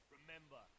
Remember